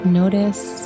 notice